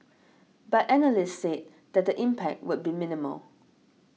but analysts said that the impact would be minimal